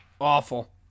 Awful